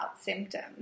symptoms